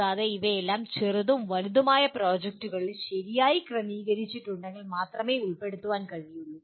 കൂടാതെ ഇവയെല്ലാം ചെറുതും വലുതുമായ പ്രോജക്റ്റുകളിൽ ശരിയായി ക്രമീകരിച്ചിട്ടുണ്ടെങ്കിൽ മാത്രമേ ഉൾപ്പെടുത്താൻ കഴിയൂ